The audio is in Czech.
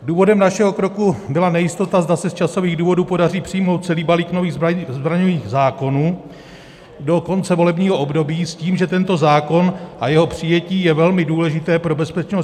Důvodem našeho kroku byla nejistota, zda se z časových důvodů podaří přijmout celý balík nových zbraňových zákonů do konce volebního období, s tím, že tento zákon a jeho přijetí je velmi důležitý pro bezpečnost ČR.